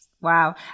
Wow